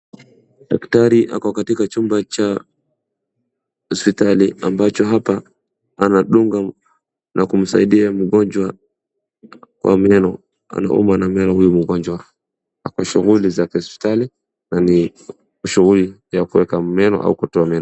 Daktari ako katika chumba cha hospitali ambacho hapa anadunga na kumsaidia mgonjwa kwa meno. Anaumwa na meno huyu mgonjwa. Ako shughuli za hospitali, na ni shughuli ya kuweka meno au kutoa meno.